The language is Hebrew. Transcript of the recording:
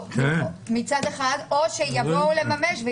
מצד אחד, או שיבואו לממש ו